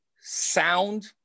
sound